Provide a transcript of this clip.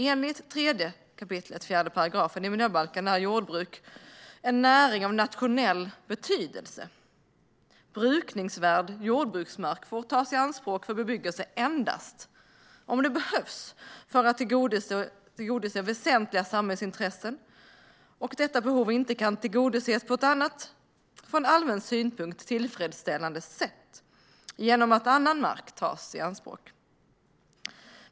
Enligt 3 kap. 4 § i miljöbalken är jordbruk en näring av nationell betydelse. Brukningsvärd jordbruksmark får tas i anspråk för bebyggelse endast om det behövs för att tillgodose väsentliga samhällsintressen och om detta behov inte kan tillgodoses på ett från allmän synpunkt tillfredsställande sätt genom att annan mark tas i anspråk.